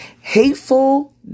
hateful